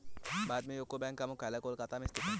भारत में यूको बैंक का मुख्यालय कोलकाता में स्थित है